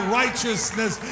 righteousness